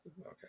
Okay